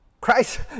Christ